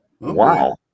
Wow